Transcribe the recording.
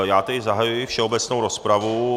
Já tedy zahajuji všeobecnou rozpravu.